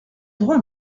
droit